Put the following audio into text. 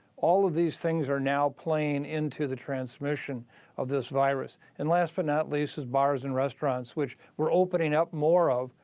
all of these things are now playing into the transmission of this virus. and last, but not least, is bars and restaurants, which we're opening up more of,